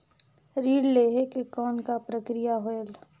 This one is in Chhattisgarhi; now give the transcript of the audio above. ऋण लहे के कौन का प्रक्रिया होयल?